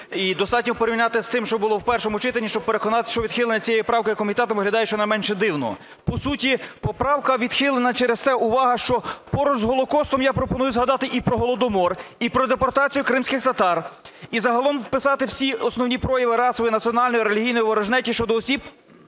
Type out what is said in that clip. І достатньо порівняти з тим, що було в першому читанні, щоб переконатись, що відхилення цієї правки комітетом виглядає щонайменше дивно. По суті поправка відхилена через те, увага, що поруч з Голокостом я пропоную згадати і про Голодомор, і про депортацію кримських татар, і загалом вписати всі основні прояви расової, національної, релігійної ворожнечі щодо осіб